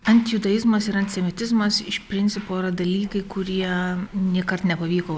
antijudaizmas ir antisemitizmas iš principo yra dalykai kurie nėkart nepavyko